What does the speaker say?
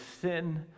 sin